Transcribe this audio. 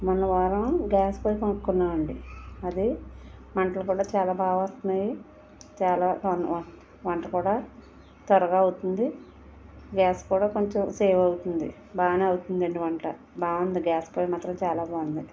మొన్న వారం గ్యాస్ పొయ్యి కొనుక్కున్నామండి అవి మంటలు కూడా బాగా వస్తున్నాయి చాలా వంట కూడా త్వరగా అవుతుంది గ్యాస్ కూడా కొంచెం సేవ్ అవుతుంది బాగానే అవుతుందండి వంట బాగుంది గ్యాస్ పొయ్యి మాత్రం చాలా బాగుంది